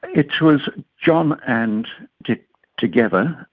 it was john and dick together,